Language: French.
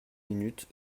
minutes